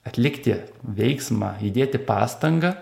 atlikti veiksmą įdėti pastangą